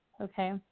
Okay